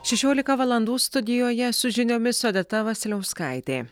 šešiolika valandų studijoje su žiniomis odeta vasiliauskaitė